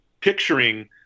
picturing